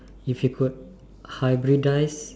if you could hybridize